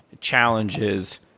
challenges